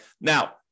Now